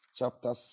chapter